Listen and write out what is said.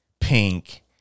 pink